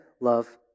love